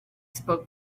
spoke